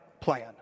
plan